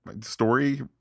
story